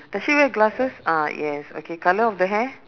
does she wear glasses ah yes okay colour of the hair